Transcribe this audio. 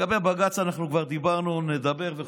לגבי הבג"ץ אנחנו כבר דיברנו, נדבר וכו'.